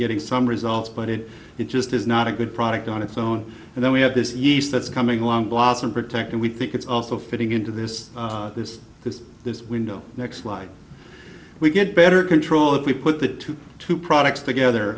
getting some results but it just is not a good product on its own and then we have this nice that's coming along blossom protect and we think it's also fitting into this this because this window next like we get better control if we put the two products together